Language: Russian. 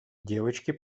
девочки